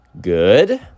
good